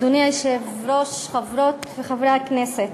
אדוני היושב-ראש, חברות וחברי הכנסת,